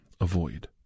avoid